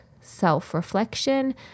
self-reflection